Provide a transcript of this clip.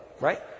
right